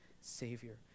Savior